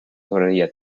sobraría